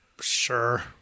Sure